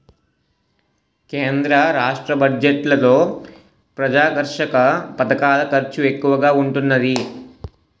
కేంద్ర రాష్ట్ర బడ్జెట్లలో ప్రజాకర్షక పధకాల ఖర్చు ఎక్కువగా ఉంటున్నాది